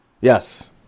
Yes